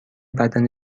بدن